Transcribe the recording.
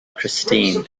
christine